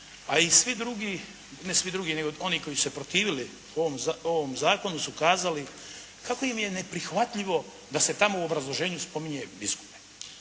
a i svi drugi, ne svi drugi nego oni koji su se protivili ovom zakonu su kazali kako im je neprihvatljivo da se tamo u obrazloženju spominje biskupe.